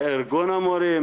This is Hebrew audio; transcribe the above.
ארגון המורים.